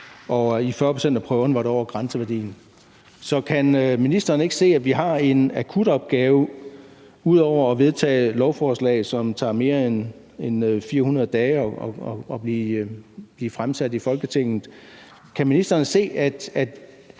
og i 40 pct. af prøverne var det over grænseværdien. Så kan ministeren ikke se, at vi har en akut opgave ud over at vedtage lovforslag, som det tager mere end 400 dage at få fremsat i Folketinget? Kan ministeren